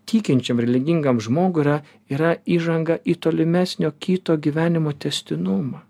tikinčiam religingam žmogui yra yra įžanga į tolimesnio kito gyvenimo tęstinumą